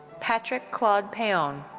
patrick claude peon.